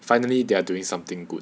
finally they are doing something good